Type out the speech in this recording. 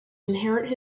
inherit